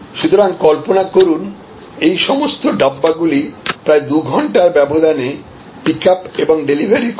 সুতরাং কল্পনা করুন যে এই সমস্ত ডাব্বাগুলি প্রায় 2 ঘন্টার ব্যবধানে পিকআপ এবং ডেলিভারি করা হয়